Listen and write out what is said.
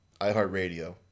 iHeartRadio